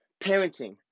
parenting